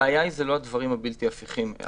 הבעיה היא לא הדברים הבלתי הפיכים.